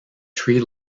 tree